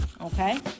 okay